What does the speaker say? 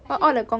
actually right